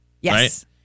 yes